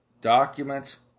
Documents